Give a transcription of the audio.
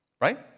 Right